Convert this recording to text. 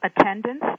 Attendance